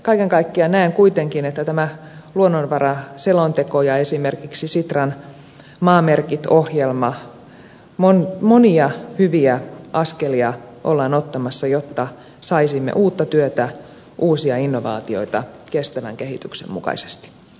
kaiken kaikkiaan näen kuitenkin että tämän luonnonvaraselonteon ja esimerkiksi sitran maamerkit ohjelman myötä monia hyviä askelia ollaan ottamassa jotta saisimme uutta työtä uusia innovaatioita kestävän kehityksen mukaisesti